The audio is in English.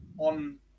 on